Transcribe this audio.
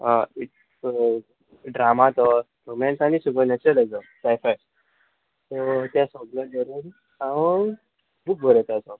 it's drama तो romance आनी supernatural हेजो ते सगळे बरोवन हांव बूक बोरोयता एसो